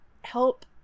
help